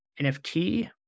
NFT